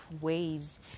Ways